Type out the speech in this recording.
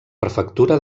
prefectura